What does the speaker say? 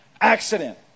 accident